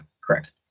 Correct